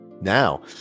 Now